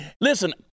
Listen